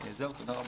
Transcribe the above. זהו, תודה רבה.